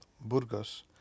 Burgos